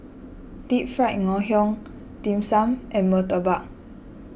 Deep Fried Ngoh Hiang Dim Sum and Murtabak